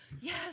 Yes